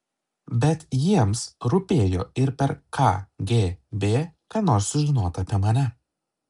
bet jiems rūpėjo ir per kgb ką nors sužinot apie mane